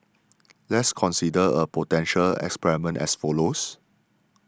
let's consider a potential experiment as follows